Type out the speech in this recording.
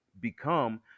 become